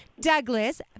douglas